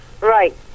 Right